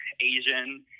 Asian